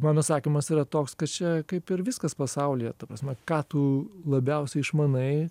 mano sakymas tai yra toks kad čia kaip ir viskas pasaulyje ta prasme ką tu labiausiai išmanai